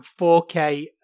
4K